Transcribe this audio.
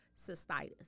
cystitis